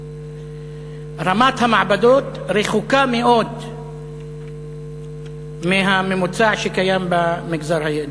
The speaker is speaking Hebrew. ורמת המעבדות רחוקה מאוד מהממוצע שקיים במגזר היהודי.